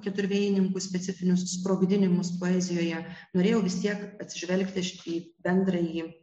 keturvėjininkų specifinius sprogdinimus poezijoje norėjau vis tiek atsižvelgti į bendrąjį